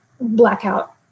blackout